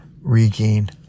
regain